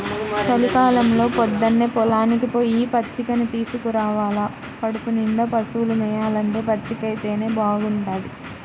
చలికాలంలో పొద్దన్నే పొలానికి పొయ్యి పచ్చికని తీసుకురావాల కడుపునిండా పశువులు మేయాలంటే పచ్చికైతేనే బాగుంటది